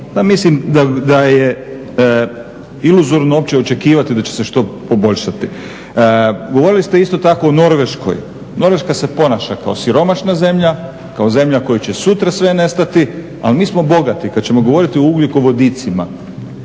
mislim da je iluzorno uopće očekivati da će se što poboljšati. Govorili ste isto tako o Norveškoj. Norveška se ponaša kao siromašna zemlja, kao zemlja u kojoj će sutra sve nestati. Ali mi smo bogati, kada ćemo govoriti o ugljikovodicima